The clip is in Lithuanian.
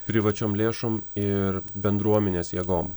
privačiom lėšom ir bendruomenės jėgom